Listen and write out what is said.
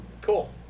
Cool